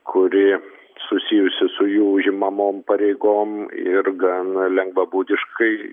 kuri susijusi su jų užimamom pareigom ir gan lengvabūdiškai